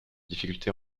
difficulté